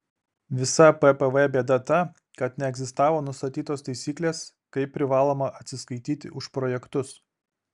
visa ppv bėda ta kad neegzistavo nustatytos taisyklės kaip privaloma atsiskaityti už projektus